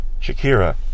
Shakira